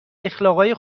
اخلاقای